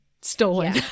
stolen